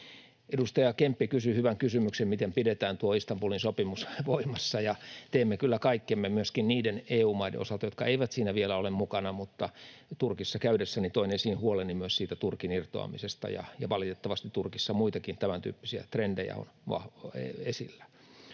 Edustaja Kemppi kysyi hyvän kysymyksen, miten pidetään tuo Istanbulin sopimus voimassa, ja teemme kyllä kaikkemme myöskin niiden EU-maiden osalta, jotka eivät siinä vielä ole mukana. Mutta Turkissa käydessäni toin esiin huoleni myös Turkin irtoamisesta, ja valitettavasti Turkissa muitakin tämän tyyppisiä trendejä on esillä.